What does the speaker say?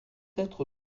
être